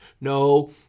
No